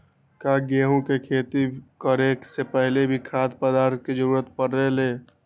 का गेहूं के खेती करे से पहले भी खाद्य पदार्थ के जरूरी परे ले?